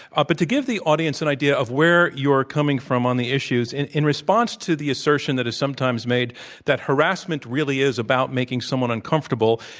ah but to give the audience an and idea of where you're coming from on the issues, in in response to the assertion that is sometimes made that harassment really is about making someone uncomfortable,